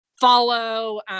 follow